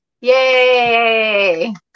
Yay